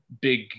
big –